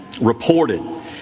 reported